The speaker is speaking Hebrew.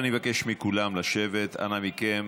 ואני מבקש מכולם לשבת, אנא מכם.